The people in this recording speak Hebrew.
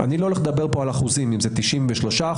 אני לא הולך לדבר על אחוזים אם זה 93% או